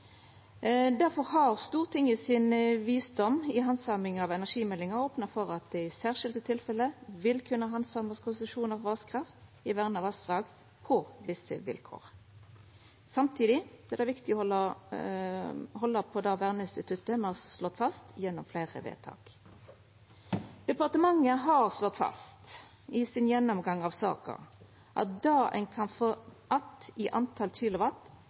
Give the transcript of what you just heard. har Stortinget i sin visdom i handsaminga av energimeldinga opna for at det i særskilde tilfelle vil kunna handsamast konsesjonar for vasskraft i verna vassdrag på visse vilkår. Samtidig er det viktig å halda på det verneinstituttet me har slått fast gjennom fleire vedtak. Departementet har slått fast i sin gjennomgang av saka at det ein kan få att i